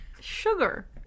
Sugar